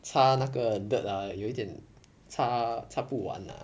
摖那个 dirt ah 有一点摖摖不完 ah